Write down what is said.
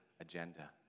agenda